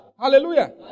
hallelujah